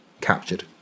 captured